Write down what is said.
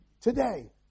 today